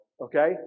okay